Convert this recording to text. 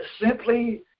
simply